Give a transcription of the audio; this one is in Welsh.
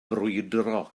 brwydro